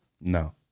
No